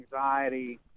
anxiety